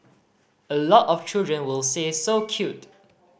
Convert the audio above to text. a lot of children will say so cute